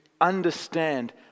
understand